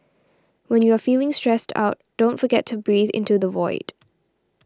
when you are feeling stressed out don't forget to breathe into the void